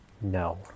no